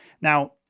Now